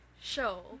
show